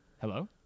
Hello